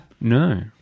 No